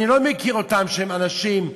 אני לא מכיר אותם שהם אנשים